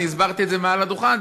אני הסברתי מעל הדוכן,